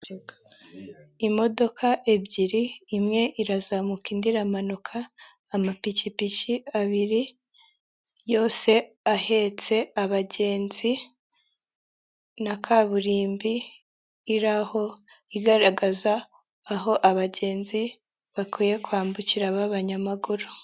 Imodoka ebyiri imwe irazamuka indi iramanuka, amapikipiki abiri yose ahetse abagenzi, na kaburimbi iri aho, igaragaza aho abagenzi bakwiye kwambukira b'abanyamaguru.